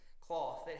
cloth